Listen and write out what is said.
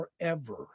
forever